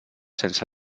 sense